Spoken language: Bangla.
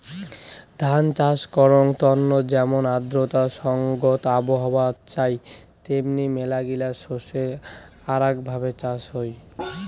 ধান চাষ করাঙ তন্ন যেমন আর্দ্রতা সংগত আবহাওয়া চাই তেমনি মেলাগিলা শস্যের আরাক ভাবে চাষ হই